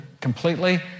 completely